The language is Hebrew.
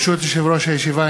ברשות יושב-ראש הישיבה,